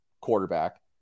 quarterback